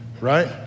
Right